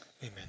Amen